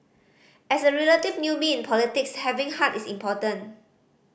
as a relative newbie in politics having heart is important